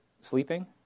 sleeping